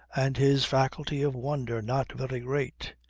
and his faculty of wonder not very great.